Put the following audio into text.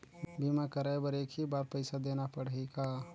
बीमा कराय बर एक ही बार पईसा देना पड़ही का?